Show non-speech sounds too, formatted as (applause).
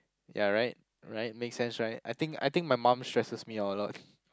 ya right right make sense right I think I think my mum stresses me out a lot (breath)